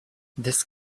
this